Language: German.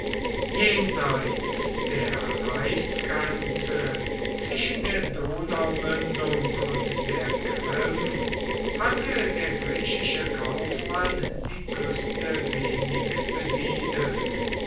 jenseits der reichsgrenze zwischen der donaumündung und der krim hatte der griechische kaufmann die küste wenig besiedelt